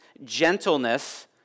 gentleness